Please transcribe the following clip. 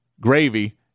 gravy